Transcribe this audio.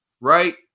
right